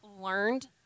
learned